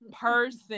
person